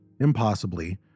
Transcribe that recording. impossibly